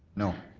no.